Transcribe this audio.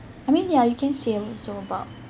I mean ya you can say also about